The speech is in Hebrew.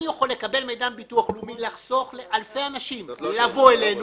אני יכול לקבל מידע מביטוח לאומי ולחסוך לאלפי אנשים לבוא אלינו,